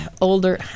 older